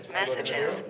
messages